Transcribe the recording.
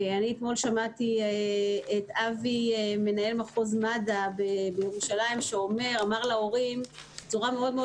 אתמול שמעתי את אבי מנהל מחוז מד"א שאמר להורים בצורה מאוד מאוד